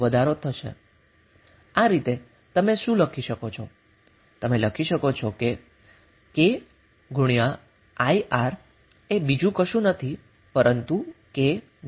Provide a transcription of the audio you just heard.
આ રીતે તમે શું લખી શકો છો તમે લખી શકો છો કે K IR એ બીજુ કંઈ નથી પરંતુ K V છે